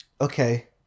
Okay